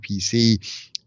PC